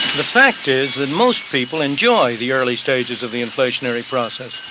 the fact is, that most people enjoy the early stages of the inflationary process.